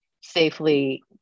safely